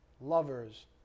lovers